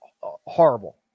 horrible